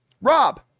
Rob